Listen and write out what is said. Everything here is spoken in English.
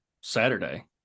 Saturday